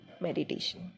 meditation